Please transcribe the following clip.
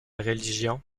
religion